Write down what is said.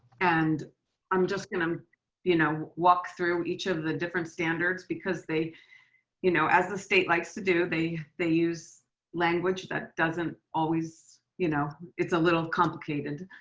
and i'm just gonna you know walk through each of the different standards because they you know as the state likes to do, they they use language that doesn't always, you know it's a little complicated.